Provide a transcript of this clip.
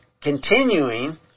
continuing